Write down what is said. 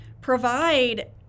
provide